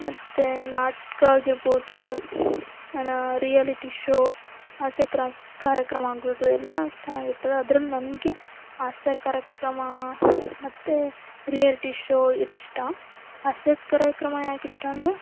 ಮತ್ತು ನಾಟಕ ಆಗಿರ್ಬೋದು ಅನಾ ರಿಯಲಿಟಿ ಶೋ ಹಾಸ್ಯ ಕ್ರ ಕಾರ್ಯಕ್ರಮ ಆಗಿರ್ದು ಎಲ್ಲ ಚೆನ್ನಾಗಿರ್ತವೆ ಅದ್ರಲ್ಲಿ ನನಗೆ ಹಾಸ್ಯ ಕಾರ್ಯಕ್ರಮ ಮತ್ತು ರಿಯಾಲಿಟಿ ಶೋ ಇದು ಇಷ್ಟ ಹಾಸ್ಯ ಕಾರ್ಯಕ್ರಮ ಯಾಕೆ ಇಷ್ಟ ಅಂದರೆ